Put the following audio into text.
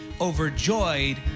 overjoyed